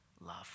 love